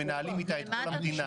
שמנהלים אתה את כל המדינה.